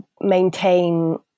maintain